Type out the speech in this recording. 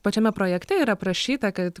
pačiame projekte yra aprašyta kad